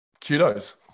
Kudos